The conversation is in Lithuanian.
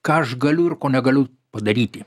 ką aš galiu ir ko negaliu padaryti